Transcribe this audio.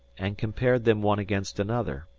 and compared them one against another.